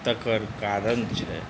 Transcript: तकर कारण छै